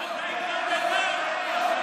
אתה לא מתבייש?